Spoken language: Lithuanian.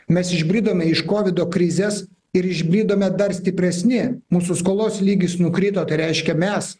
mes išbridome iš kovido krizės ir išbridome dar stipresni mūsų skolos lygis nukrito tai reiškia mes